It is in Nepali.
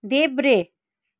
देब्रे